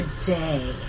today